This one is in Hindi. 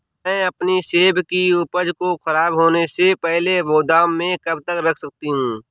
मैं अपनी सेब की उपज को ख़राब होने से पहले गोदाम में कब तक रख सकती हूँ?